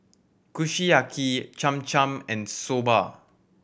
Kushiyaki Cham Cham and Soba